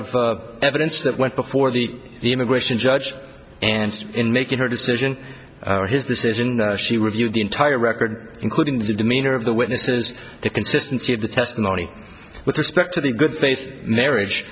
of evidence that went before the immigration judge and in making her decision or his decision she reviewed the entire record including the demeanor of the witnesses the consistency of the testimony with respect to the good faith marriage